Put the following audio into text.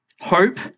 hope